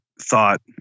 thought